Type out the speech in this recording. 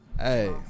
Hey